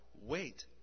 wait